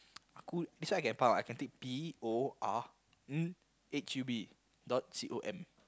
aku this one I can P O R N H U B dot C O M